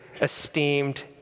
esteemed